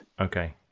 okay